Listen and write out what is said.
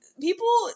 people